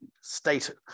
state